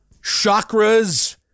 Chakras